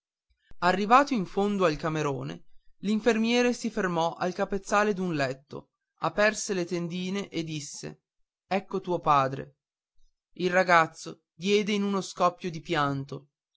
arrivato in fondo al camerone l'infermiere si fermò al capezzale d'un letto aperse le tendine e disse ecco tuo padre il ragazzo diede in uno scoppio di pianto